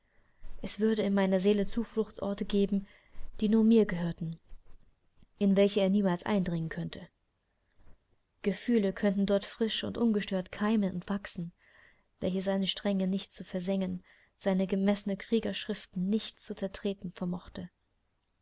es würde in meiner seele zufluchtsorte geben die nur mir gehörten in welche er niemals eindringen könnte gefühle könnten dort frisch und ungestört keimen und wachsen welche seine strenge nicht zu versengen sein gemessener kriegerschritt nicht zu zertreten vermöchte